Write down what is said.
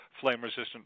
flame-resistant